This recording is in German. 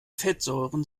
fettsäuren